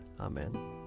Amen